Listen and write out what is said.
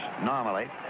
normally